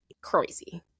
Crazy